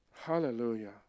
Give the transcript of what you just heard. Hallelujah